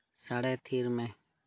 ᱥᱟᱰᱮ ᱛᱷᱤᱨ ᱢᱮ